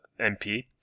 MP